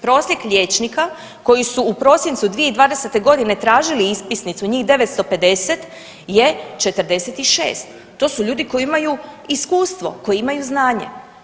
Prosjek liječnika koji su u prosincu 2020. godine tražili ispisnicu njih 950 je 46, to su ljudi koji imaju iskustvo, koji imaju znanje.